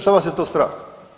Šta vas je to strah?